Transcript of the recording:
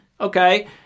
Okay